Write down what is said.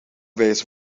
wijzen